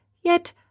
Yet